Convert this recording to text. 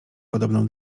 podobną